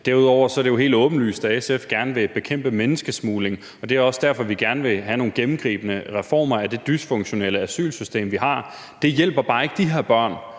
Derudover er det jo helt åbenlyst, at SF gerne vil bekæmpe menneskesmugling, og det er også derfor, at vi gerne vil have nogle gennemgribende reformer af det dysfunktionelle asylsystem, vi har. Det hjælper bare ikke de her børn.